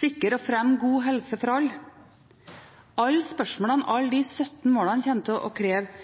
sikre og fremme god helse for alle – alle spørsmålene, alle de 17 målene – kommer til å kreve